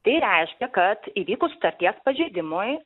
tai reiškia kad įvykus sutarties pažeidimui